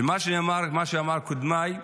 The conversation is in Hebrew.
ומה שאמר קודמי,